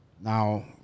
Now